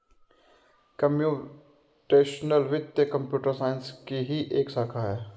computational वित्त computer science की ही एक शाखा है